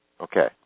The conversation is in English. Okay